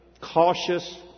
cautious